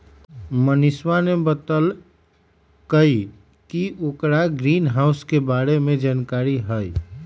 मनीषवा ने बतल कई कि ओकरा ग्रीनहाउस के बारे में जानकारी हई